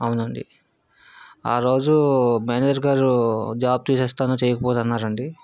అవును అండి ఆ రోజు మేనేజర్ గారు జాబ్ తీసేస్తాను చేయకపోతే అన్నారు అండి